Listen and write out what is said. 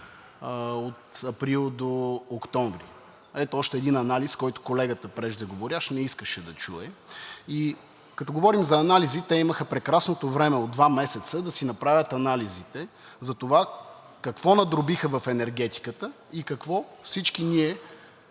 от април до октомври. Ето още един анализ, който колегата преждеговорящ не искаше да чуе. И като говорим за анализи, те имаха прекрасното време от два месеца да си направят анализите за това какво надробиха в енергетиката и какво всички ние